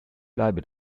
bleibe